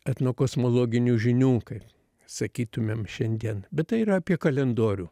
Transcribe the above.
etnokosmologinių žinių kaip sakytumėm šiandien bet tai yra apie kalendorių